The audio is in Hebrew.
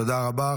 תודה רבה.